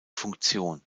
funktion